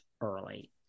early